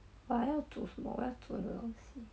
我还有煮什么我要煮很多东西